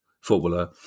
footballer